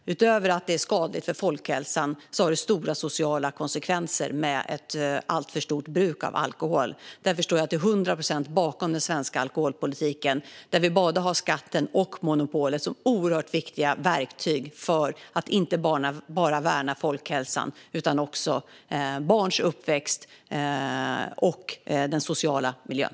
Utöver att det är skadligt för folkhälsan har ett alltför stort bruk av alkohol stora sociala konsekvenser. Därför står jag till hundra procent bakom den svenska alkoholpolitiken, där vi har både skatten och monopolet som oerhört viktiga verktyg för att värna inte bara folkhälsan utan också barns uppväxt och den sociala miljön.